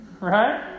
Right